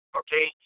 okay